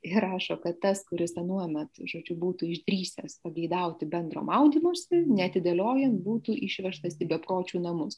ir rašo kad tas kuris anuomet žodžiu būtų išdrįsęs pageidauti bendro maudymosi neatidėliojant būtų išvežtas į bepročių namus